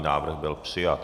Návrh byl přijat.